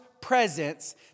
presence